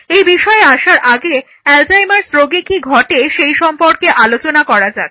এই বিষয়ে আসার আগে অ্যালজাইমার্স রোগে কি ঘটে সেই সম্পর্কে আলোচনা করা যাক